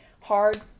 hard